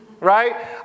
right